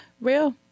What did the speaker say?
real